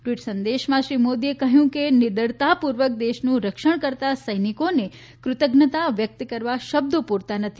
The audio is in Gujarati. ટ્વીટ સંદેશમાં શ્રી મોદીએ કહ્યું કે નિડરતાપૂવક દેશનું રક્ષણ કરતાં સૈનિકોને કૃતજ્ઞતા વ્યક્ત કરવા શબ્દો પૂરતા નથી